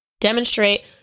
Demonstrate